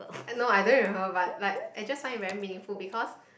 no I don't remember but like I just find it very meaningful because